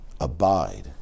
Abide